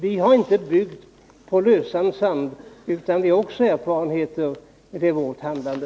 Vi har inte byggt på lösan sand, utan också vi har erfarenheter vid vårt handlande.